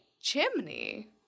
chimney